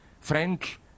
French